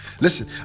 Listen